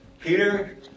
Peter